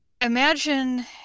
imagine